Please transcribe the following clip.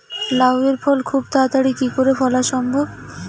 লাউ এর ফল খুব তাড়াতাড়ি কি করে ফলা সম্ভব?